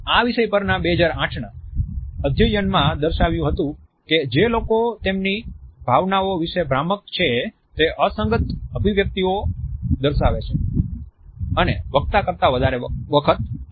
આ વિષય પરના 2008ના અધ્યયનમાં દર્શાવ્યું હતું કે જે લોકો તેમની ભાવનાઓ વિશે ભ્રામક છે તે અસંગત અભિવ્યક્તિઓ દર્શાવે છે અને વક્તા કરતાં વધારે વખત આંખ જબકાવે છે